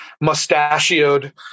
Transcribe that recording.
mustachioed